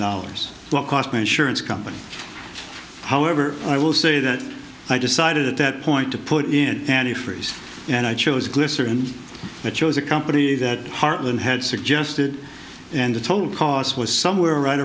dollars what cost me surance company however i will say that i decided at that point to put in antifreeze and i chose glycerin i chose a company that hartman had suggested and the total cost was somewhere right